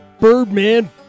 birdman